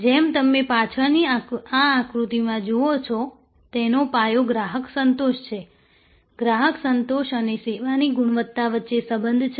જેમ તમે પાછળની આ આકૃતિમાં જુઓ છો તેનો પાયો ગ્રાહક સંતોષ છે ગ્રાહક સંતોષ અને સેવાની ગુણવત્તા વચ્ચે સંબંધ છે